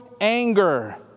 anger